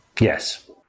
Yes